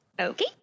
Okay